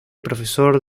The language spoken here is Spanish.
profesor